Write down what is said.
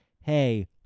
Hey